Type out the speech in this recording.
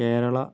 Kerala